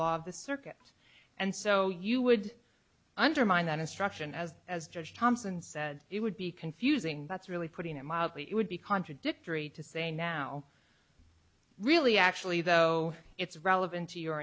of the circuit and so you would undermine that instruction as as judge thompson said it would be confusing that's really putting it mildly it would be contradictory to say now really actually though it's relevant to your